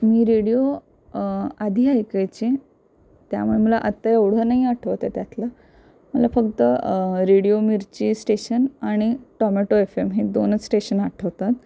मी radio आधी ऐकायचे त्यामुळे मला आत्ता एवढं नाही आठवत आहे त्यातलं मला फक्त रेडिओ मिर्ची स्टेशन आणि टॉमॅटो एफ एम हे दोनच स्टेशन आठवतात